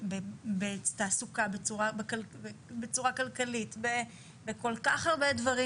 בתעסוקה, בצורה כלכלית, בכל כך הרבה דברים.